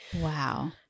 Wow